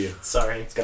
sorry